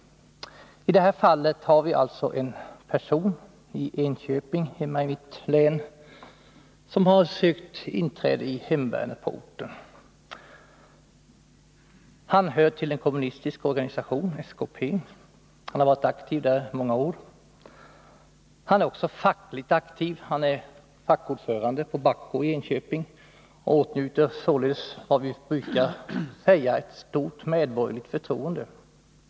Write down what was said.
I det här fallet har vi alltså en person i Enköping, hemma i mitt län, som har sökt inträde i hemvärnet på orten. Han hör till en kommunistisk organisation, skp, där han har varit aktiv i många år. Han är också fackligt aktiv; han är fackordförande på Bahco i Enköping och åtnjuter således, som vi brukar säga, stort medborgerligt förtroende.